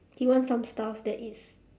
he wants some stuff that it's